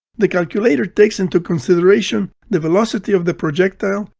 the calculator takes into consideration the velocity of the projectile,